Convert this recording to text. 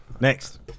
Next